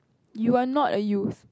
you are not a youth